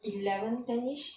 eleven ten-ish